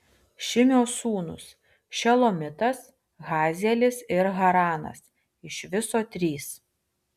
šimio sūnūs šelomitas hazielis ir haranas iš viso trys